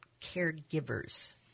caregivers